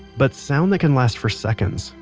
but sound that can last for seconds,